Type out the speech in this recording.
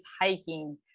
hiking